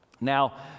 Now